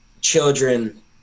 children